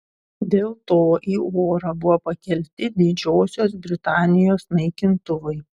dėl to į orą buvo pakelti didžiosios britanijos naikintuvai